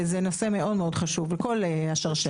וזה נושא מאוד מאוד חשוב, לכל השרשרת.